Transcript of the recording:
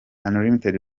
unlimited